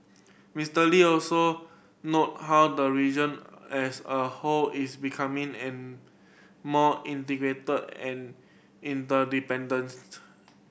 Mister Lee also noted how the region as a whole is becoming and more integrated and interdependent